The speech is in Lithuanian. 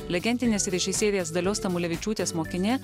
legendinės režisierės dalios tamulevičiūtės mokinė